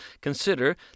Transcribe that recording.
consider